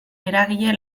eragile